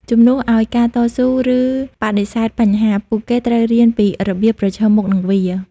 ជំនួសឱ្យការតស៊ូ ឬបដិសេធបញ្ហា ពួកគេត្រូវរៀនពីរបៀបប្រឈមមុខនឹងវា។